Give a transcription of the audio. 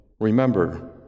Remember